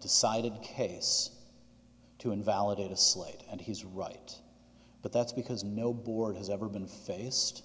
decided the case to invalidate a slate and he's right but that's because no board has ever been faced